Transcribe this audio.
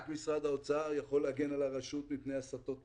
רק משרד האוצר יכול להגן על הרשות מפני הסטות תקציביות.